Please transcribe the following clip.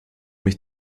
mich